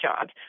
jobs